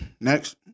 Next